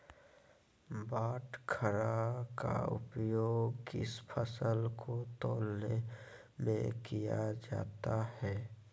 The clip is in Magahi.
बाटखरा का उपयोग किस फसल को तौलने में किया जाता है?